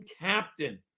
captain